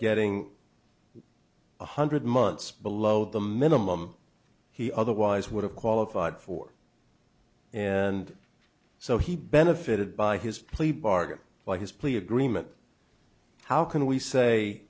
getting one hundred months below the minimum he otherwise would have qualified for and so he benefited by his plea bargain by his plea agreement how can we say